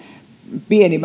pieni